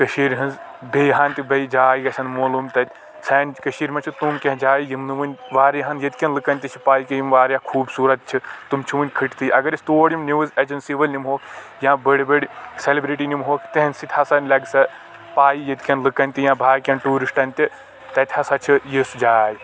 کٔشیٖرِ ۂنٛز بیٚیہِ ہان تہِ بیٚیہِ جاے گژھن مولوٗم تَتہِ سانہِ کٔشیٖرِ منٛز چھ تِم کیٚنٛہہ جایہِ یِم نہٕ وُنہِ واریاہن ییٚتہِ کٮ۪ن لُکن تہِ چھ پَے کیٚنٛہہ یِم واریاہ خوٗبصوٗت چھ تِم چھ وٕنہِ کٔھٹۍ تھے اگر أسۍ تور یِم نیوٗز اجنسی وألۍ نِمہٕ ہوکھ یا بٔڑۍ بٔڑۍ سٮ۪لبرٹی نِمہٕ ہوکھ تِہینٛدِ سۭتۍ ہسا لگہِ سۄ پے ییٚتہِ کٮ۪ن لُکن تہِ یا باقین ٹیوٗرِسٹن تہِ تَتہِ ہسا چھ یِژھ جاے